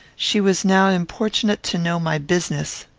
she was now importunate to know my business.